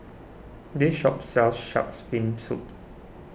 this shop sells Shark's Fin Soup